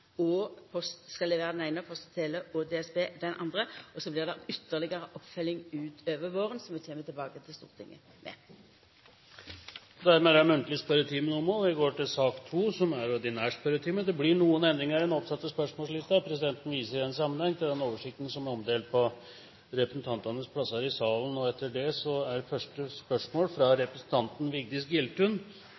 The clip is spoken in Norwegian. oppfølging utover våren, som vi kjem tilbake til Stortinget med. Dermed er den muntlige spørretimen omme, og vi går over til den ordinære spørretimen. Det blir noen endringer i den oppsatte spørsmålslisten. Presidenten viser i den sammenheng til den oversikten som er omdelt på representantenes plasser. De foreslåtte endringer i den ordinære spørretimen foreslås godkjent. – Det anses vedtatt. Endringene var som følger: Spørsmål 1, fra representanten Vigdis Giltun